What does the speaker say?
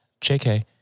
JK